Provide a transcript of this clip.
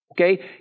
Okay